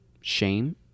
shame